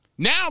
Now